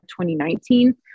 2019